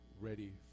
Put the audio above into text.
ready